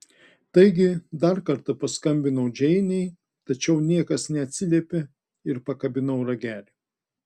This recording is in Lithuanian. taigi dar kartą paskambinau džeinei tačiau niekas neatsiliepė ir pakabinau ragelį